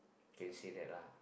you can say that lah